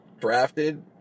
drafted